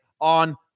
on